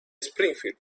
springfield